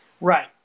Right